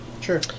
sure